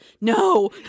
No